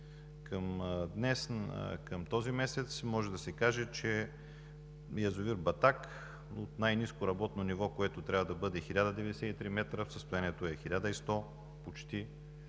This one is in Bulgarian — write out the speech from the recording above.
Към днес, към този месец може да се каже, че язовир „Батак“ от най-ниско работно ниво, което трябва да бъде – 1093 метра, състоянието му е 1100 – почти